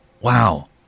Wow